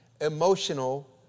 emotional